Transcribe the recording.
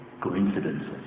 coincidences